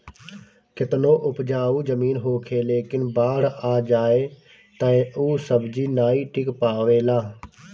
केतनो उपजाऊ जमीन होखे लेकिन बाढ़ आ जाए तअ ऊ सब्जी नाइ टिक पावेला